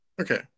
Okay